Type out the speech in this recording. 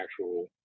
actual